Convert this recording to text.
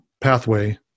pathway